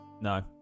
No